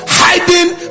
hiding